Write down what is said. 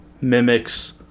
mimics